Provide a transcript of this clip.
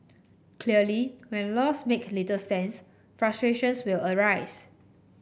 clearly when laws make little sense frustrations will arise